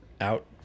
out